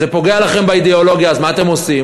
זה פוגע לכם באידיאולוגיה, אז מה אתם עושים?